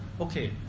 okay